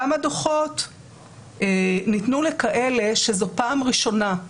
כמה דוחות ניתנו לאלה שזו הפעם הראשונה?